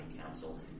council